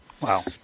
wow